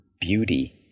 beauty